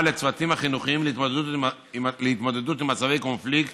לצוותים החינוכיים להתמודדות עם מצבי קונפליקט,